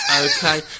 Okay